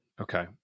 Okay